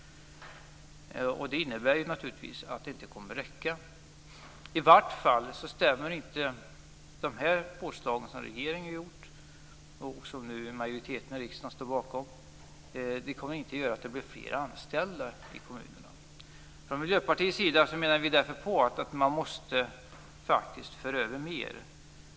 Det innebär naturligtvis att det inte kommer att räcka. I varje fall gör inte de påslag som regeringen gjort, och som nu majoriteten i riksdagen står bakom, att det blir fler anställda i kommunerna. Från Miljöpartiets sida menar vi att man måste föra över mer.